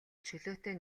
чөлөөтэй